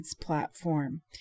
platform